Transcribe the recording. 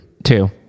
Two